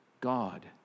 God